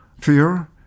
fear